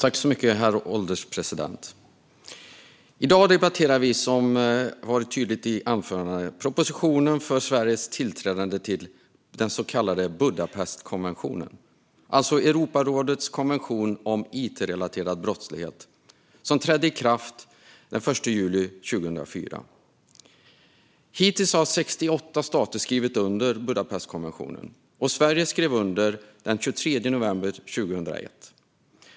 Herr ålderspresident! I dag debatterar vi, som varit tydligt i anförandena, propositionen om Sveriges tillträde till den så kallade Budapestkonventionen, det vill säga Europarådets konvention om it-relaterad brottslighet, som trädde i kraft den 1 juli 2004. Hittills har 68 stater skrivit under Budapestkonventionen; Sverige skrev under konventionen den 23 november 2001.